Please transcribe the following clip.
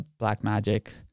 Blackmagic